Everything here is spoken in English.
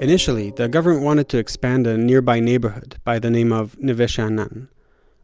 initially the government wanted to expand a and nearby neighborhood by the name of neve ah sha'anan